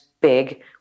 big